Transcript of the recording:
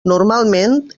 normalment